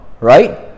Right